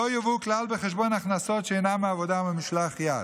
יובאו כלל בחשבון הכנסות שאינן מעבודה או ממשלח יד.